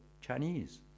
Chinese